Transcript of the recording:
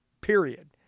period